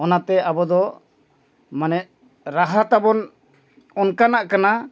ᱚᱱᱟᱛᱮ ᱟᱵᱚ ᱫᱚ ᱢᱟᱱᱮ ᱨᱟᱦᱟ ᱛᱟᱵᱚᱱ ᱚᱱᱠᱟᱱᱟᱜ ᱠᱟᱱᱟ